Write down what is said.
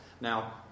Now